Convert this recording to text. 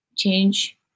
change